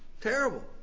terrible